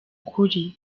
kuri